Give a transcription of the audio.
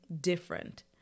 different